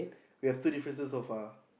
we have two differences so far